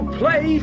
play